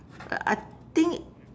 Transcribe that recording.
I think